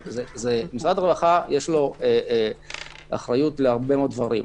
משרד הרווחה יש לו אחריות להרבה מאוד דברים.